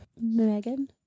Megan